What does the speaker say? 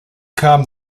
kam